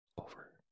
over